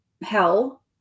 hell